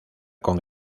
con